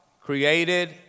created